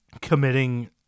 committing